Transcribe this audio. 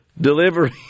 delivery